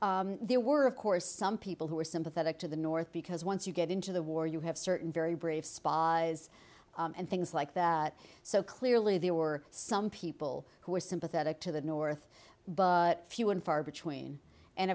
forth there were of course some people who were sympathetic to the north because once you get into the war you have certain very brave spies and things like that so clearly there were some people who were sympathetic to the north but few and far between and